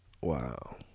Wow